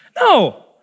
No